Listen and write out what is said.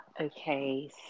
Okay